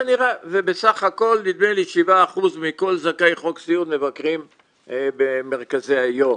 ובסך הכול נדמה לי ש-7% מכל זכאי חוק סיעוד מבקרים במרכזי היום.